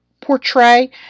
portray